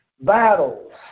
battles